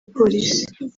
polisi